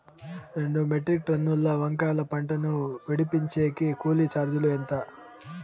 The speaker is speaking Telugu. రెండు మెట్రిక్ టన్నుల వంకాయల పంట ను విడిపించేకి కూలీ చార్జీలు ఎంత?